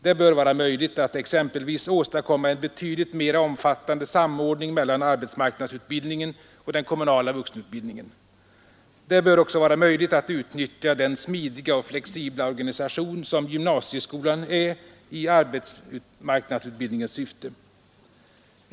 Det bör vara möjligt att exempelvis åstadkomma en betydligt mera omfattande samordning mellan arbetsmarknadsutbildningen och den kommunala vuxenutbildningen. Det bör också vara möjligt att utnyttja den smidiga och flexibla organisation som gymnasieskolan är i arbetsmarknadsutbildningens syfte.